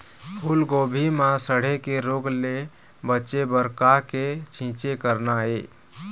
फूलगोभी म सड़े के रोग ले बचे बर का के छींचे करना ये?